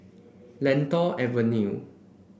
Lentor Avenue